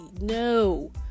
No